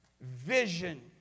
vision